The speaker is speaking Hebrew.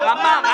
הוא ענה.